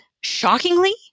shockingly